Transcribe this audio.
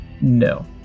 No